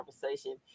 conversation